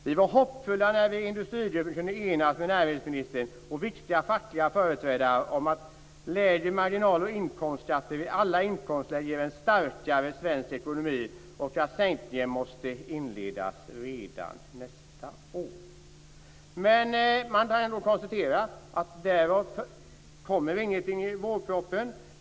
Vi var hoppfulla när vi i industrigruppen kunde enas, med näringsministern och viktiga fackliga företrädare, om att lägre marginal och inkomstskatter i alla inkomstlägen ger en starkare svensk ekonomi och att sänkningen måste inledas redan nästa år." Men därav kom det ingenting i vårpropositionen.